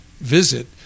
visit